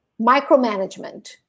micromanagement